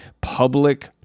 public